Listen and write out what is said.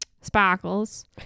Sparkles